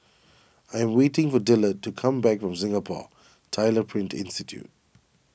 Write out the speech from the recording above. I am waiting for Dillard to come back from Singapore Tyler Print Institute